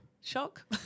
shock